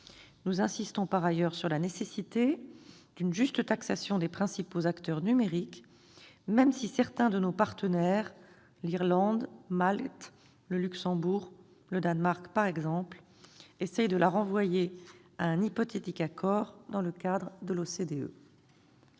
Nous insistons, par ailleurs, sur la nécessité d'une juste taxation des principaux acteurs numériques, même si certains de nos partenaires, l'Irlande, Malte, le Luxembourg, le Danemark, par exemple, essayent de la renvoyer à un hypothétique accord dans le cadre de l'OCDE.